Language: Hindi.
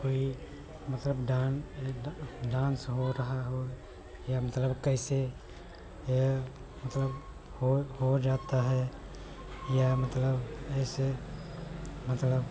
कोई मतलब डान एकदम डान्स हो रहा है या मतलब कैसे है जो हो हो जाता है या मतलब ऐसे मतलब